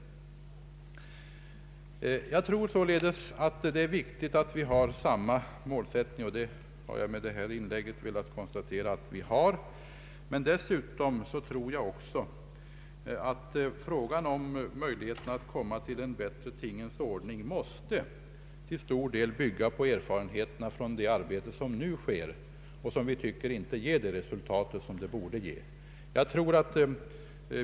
Jag tror således att det är viktigt att vi har samma målsättning, och det har jag med detta inlägg velat konstatera att vi har. Möjligheterna att komma till en bättre tingens ordning måste till stor del bygga på erfarenheterna från det arbete som nu sker och som enligt vår uppfattning ger det resultat som det borde ge.